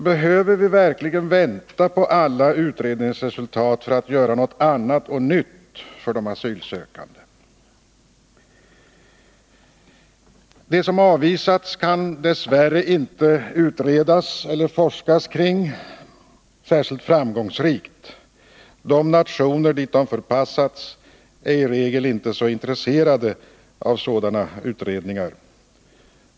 Behöver vi verkligen vänta på alla utredningsresultat för att göra något annat och nytt för de asylsökande? När det gäller dem som avvisats kan vi dess värre inte utreda eller forska särskilt framgångsrikt. De nationer som de förpassats till är i regel inte så intresserade av sådana utredningar.